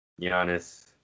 Giannis